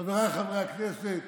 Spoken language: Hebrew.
חבריי חברי הכנסת,